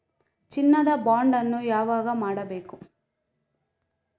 ಚಿನ್ನ ದ ಬಾಂಡ್ ಅನ್ನು ಯಾವಾಗ ಮಾಡಬೇಕು?